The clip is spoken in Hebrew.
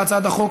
בהצעת החוק,